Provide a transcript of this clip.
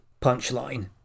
punchline